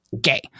gay